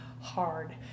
hard